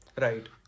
Right